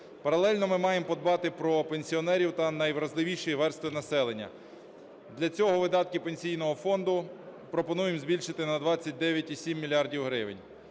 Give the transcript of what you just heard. Паралельно ми маємо подбати про пенсіонерів та найвразливіші верстви населення. Для цього видатки Пенсійного фонду пропонуємо збільшити на 29,7 мільярда